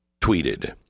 tweeted